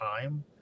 time